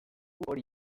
hori